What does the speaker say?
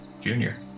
Junior